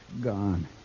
Gone